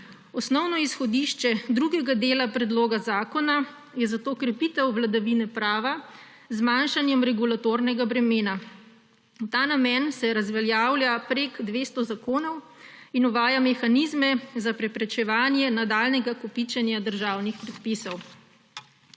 Osnovno izhodišče drugega dela predloga zakona je zato krepitev vladavine prava z zmanjšanjem regulatornega bremena. V ta namen se razveljavlja več kot 200 zakonov in uvaja mehanizme za preprečevanje nadaljnjega kopičenja državnih predpisov.